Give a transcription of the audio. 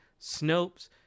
Snopes